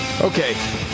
Okay